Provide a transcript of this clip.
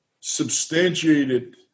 substantiated